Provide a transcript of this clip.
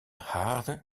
haard